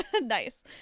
Nice